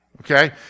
okay